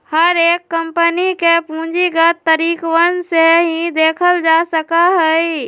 हर एक कम्पनी के पूंजीगत तरीकवन से ही देखल जा सका हई